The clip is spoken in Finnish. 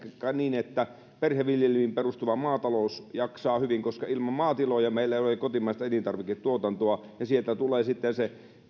kaikkea niin että perheviljelyihin perustuva maatalous jaksaa hyvin koska ilman maatiloja meillä ei ole kotimaista elintarviketuotantoa sieltä tulee se